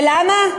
ולמה?